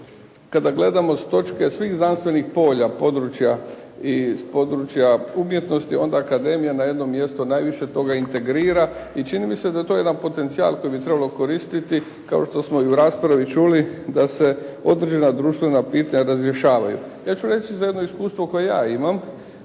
kada gledamo s točke svih znanstvenih polja područja, iz područja umjetnosti onda akademija na jednom mjestu najviše toga integrira i čini mi se da je to jedan potencijal koji bi trebalo koristiti kao što smo i u raspravi čuli da se određena društvena pitanja razrješavaju. Ja ću reći za jedno iskustvo koje ja imam